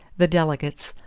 the delegates,